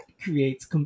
creates